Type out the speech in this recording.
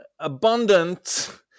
Abundant